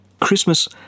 Christmas